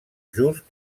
just